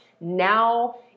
now